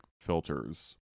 filters